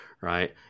Right